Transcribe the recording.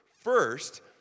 first